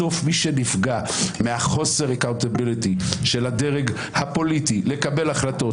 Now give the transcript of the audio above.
בסוף מי שנפגע מהחוסר אחריותיות של הדרג הפוליטי לקבל החלטות,